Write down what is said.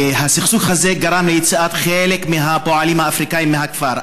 והסכסוך הזה גרם ליציאת חלק מהפועלים האפריקנים מהכפר,